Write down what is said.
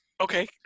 Okay